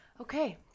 okay